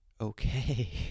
okay